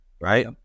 right